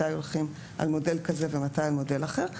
מתי הולכים על מודל כזה ומתי על מודל אחר,